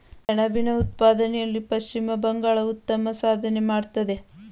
ಸೆಣಬಿನ ಉತ್ಪಾದನೆಯಲ್ಲಿ ಪಶ್ಚಿಮ ಬಂಗಾಳ ಉತ್ತಮ ಸಾಧನೆ ಮಾಡತ್ತದೆ